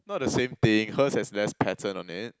not the same thing her's has less pattern on it